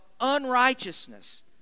unrighteousness